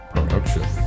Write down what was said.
Production